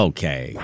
Okay